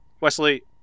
Wesley